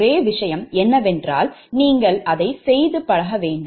ஒரே விஷயம் என்னவென்றால் நீங்கள் அதைச் செய்து பழக வேண்டும்